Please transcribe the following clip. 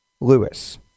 Lewis